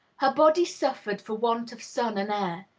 her body suffered for want of sun and air.